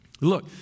Look